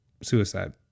suicide